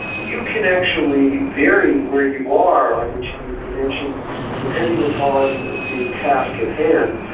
you can actually vary where you are on each of these dimensions depending upon the task at hand,